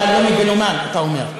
אתה לא מגלומן, אתה אומר.